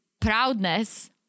proudness